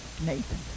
Nathan